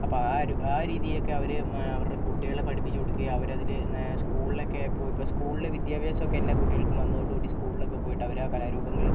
അപ്പോൾ ആ ഒരു ആ രീതിയൊക്കെ അവർ അവരുടെ കുട്ടികളെ പഠിപ്പിച്ച് കൊടുക്കേം അവരതിൽ സ്കൂൾലക്കെ പോയി ഇപ്പോൾ സ്കൂളിൽ വിദ്യാഭ്യാസമൊക്കെ എല്ലാ കുട്ടികൾക്കും വന്നതോടു കൂടി സ്കൂളിലക്കെ പോയിട്ട് അവരാ കലാരൂപങ്ങൾ